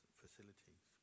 facilities